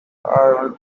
are